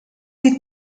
sieht